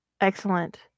Excellent